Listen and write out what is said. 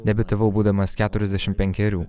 debiutavau būdamas keturiasdešim penkerių